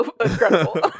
Incredible